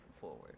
forward